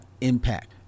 impact